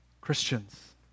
Christians